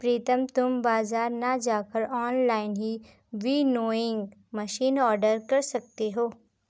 प्रितम तुम बाजार ना जाकर ऑनलाइन ही विनोइंग मशीन ऑर्डर कर सकते हो